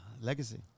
Legacy